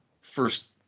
first